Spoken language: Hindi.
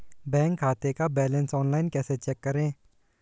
बैंक खाते का बैलेंस ऑनलाइन कैसे चेक करें?